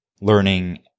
learning